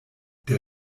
der